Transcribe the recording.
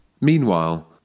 Meanwhile